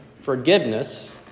forgiveness